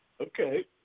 Okay